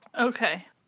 Okay